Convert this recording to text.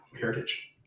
heritage